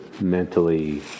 mentally